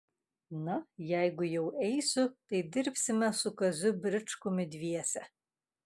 na jeigu jau eisiu tai dirbsime su kaziu bričkumi dviese